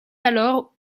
alors